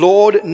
Lord